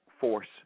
force